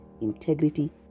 integrity